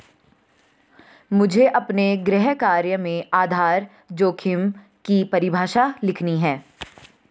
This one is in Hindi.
मुझे अपने गृह कार्य में आधार जोखिम की परिभाषा लिखनी है